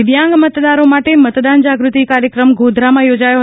દિવ્યાંગો મતદારો માટે મતદાન જાગૃતિનો કાર્યક્રમ ગોધરામાં યોજાયો